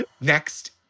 Next